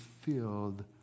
filled